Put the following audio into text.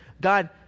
God